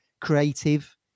Creative